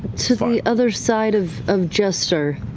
to the other side of of jester.